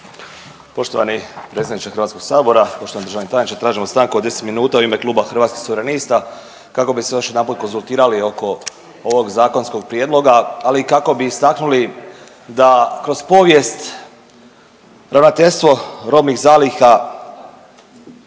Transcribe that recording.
Poštovani predsjedniče Hrvatskog sabora, poštovani državni tajniče tražimo stanku od 10 minuta u ime Kluba Hrvatskih suverenista kako bi se još jedanput konzultirali oko ovog zakonskog prijedloga, ali i kako bi istaknuli da kroz povijest ravnateljstvo robnih zaliha